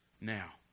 now